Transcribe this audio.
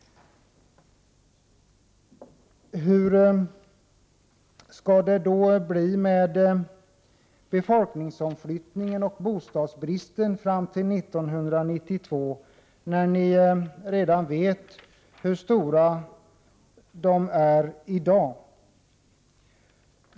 Hur skall det bli med befolkningsomflyttningen och bostadsbristen fram till 1992? Vi vet redan hur stora dessa är i dag.